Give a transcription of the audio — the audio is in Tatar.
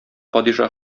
падиша